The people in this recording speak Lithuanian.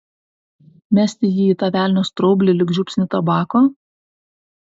mesti jį į tą velnio straublį lyg žiupsnį tabako